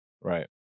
Right